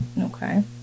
Okay